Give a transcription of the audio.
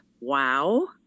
wow